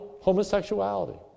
homosexuality